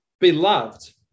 Beloved